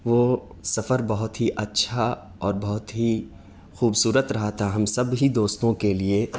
وہ سفر بہت ہی اچھا اور بہت ہی خوبصورت رہا تھا ہم سب ہی دوستوں کے لیے